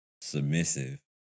submissive